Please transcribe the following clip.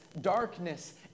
darkness